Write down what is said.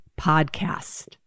podcast